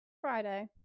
Friday